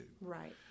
Right